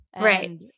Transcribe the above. Right